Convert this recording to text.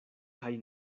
kaj